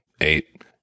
eight